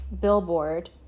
billboard